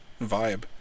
vibe